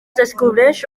descobreix